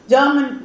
German